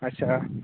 अच्छा